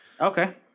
okay